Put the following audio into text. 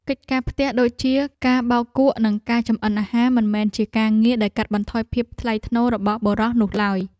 កិច្ចការផ្ទះដូចជាការបោកគក់និងការចម្អិនអាហារមិនមែនជាការងារដែលកាត់បន្ថយភាពថ្លៃថ្នូររបស់បុរសនោះឡើយ។